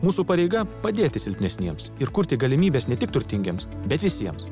mūsų pareiga padėti silpnesniems ir kurti galimybes ne tik turtingiems bet visiems